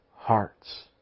hearts